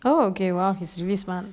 oh okay !wow! he's really smart